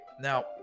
Now